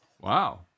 Wow